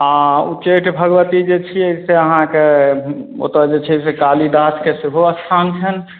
आओर उच्चैठ भगवती जे छियै से अहाँके ओतय जे छै से कालीदासके सेहो स्थान छनि